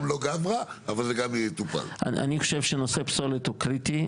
אני חושב שנושא הפסולת הוא קריטי.